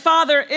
Father